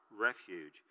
refuge